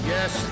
Yes